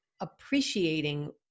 appreciating